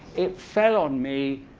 it fell on me,